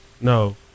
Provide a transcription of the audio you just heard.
no